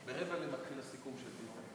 ב-22:45 מתחיל הסיכום.